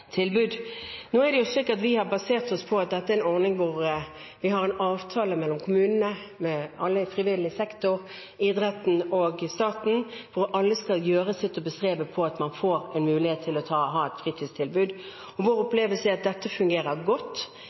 Vi har basert oss på at dette er en ordning hvor vi har en avtale mellom kommunene, alle i frivillig sektor, idretten og staten, hvor alle skal bestrebe seg på å gi alle en mulighet til å ha et fritidstilbud. Vår opplevelse er at dette fungerer godt,